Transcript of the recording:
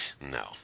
No